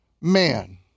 man